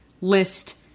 list